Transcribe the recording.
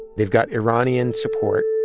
they've got iranian support.